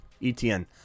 ETN